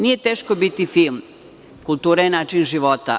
Nije teško biti fin, kultura je način života.